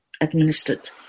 administered